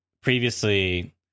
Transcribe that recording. previously